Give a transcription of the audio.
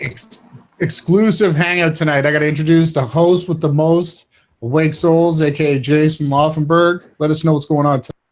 exclusive hangout tonight i gotta introduce the host with the most awake souls aka jason often burg. let us know what's going on